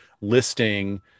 listing